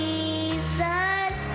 Jesus